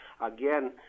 again